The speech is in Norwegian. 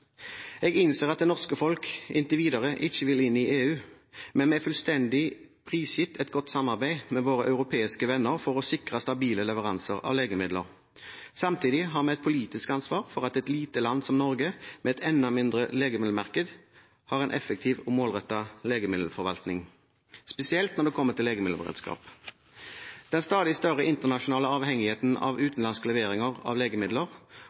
Jeg innser at det norske folk inntil videre ikke vil inn i EU, men vi er fullstendig prisgitt et godt samarbeid med våre europeiske venner for å sikre stabile leveranser av legemidler. Samtidig har vi et politisk ansvar for at et lite land som Norge, med et enda mindre legemiddelmarked, har en effektiv og målrettet legemiddelforvaltning, spesielt når det kommer til legemiddelberedskap. Den stadig større internasjonale avhengigheten av utenlandske leveringer av legemidler,